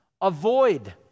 avoid